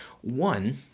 One